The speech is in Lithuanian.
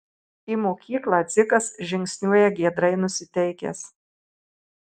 į mokyklą dzikas žingsniuoja giedrai nusiteikęs